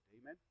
Amen